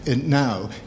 now